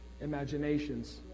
Imaginations